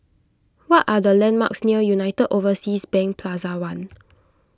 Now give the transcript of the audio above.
what are the landmarks near United Overseas Bank Plaza one